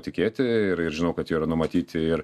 tikėti ir ir žinau kad yra numatyti ir